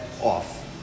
off